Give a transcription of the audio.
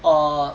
err